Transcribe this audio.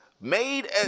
made